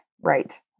right